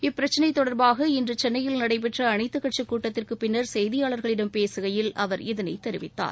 இப்பிரச்சினைதொடர்பாக இன்றுசென்னையில் நடைபெற்றஅனைத்துக் கட்சிக் கூட்டத்திற்குப் பின்னர் செய்தியாளர்களிடம் பேசுகையில் அவர் இதனைத் தெரிவித்தார்